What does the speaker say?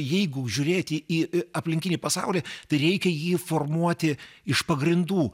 jeigu žiūrėti į aplinkinį pasaulį tai reikia jį formuoti iš pagrindų